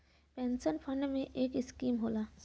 pension fund में एक scheme होला